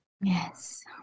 yes